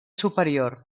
superior